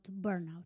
burnout